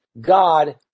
God